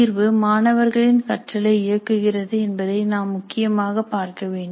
தீர்வு மாணவர்களின் கற்றலை இயக்குகிறது என்பதை நாம் முக்கியமாக பார்க்க வேண்டும்